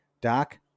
Doc